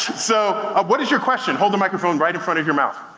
so ah what is your question? hold the microphone right in front of your mouth.